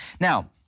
Now